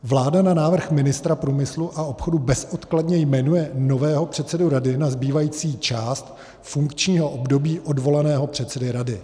Vláda na návrh ministra průmyslu a obchodu bezodkladně jmenuje nového předsedu rady na zbývající část funkčního období odvolaného předsedy rady.